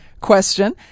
question